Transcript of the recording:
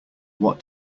what